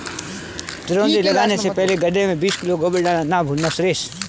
चिरौंजी लगाने से पहले गड्ढे में बीस किलो गोबर डालना ना भूलना सुरेश